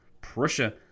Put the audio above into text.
Prussia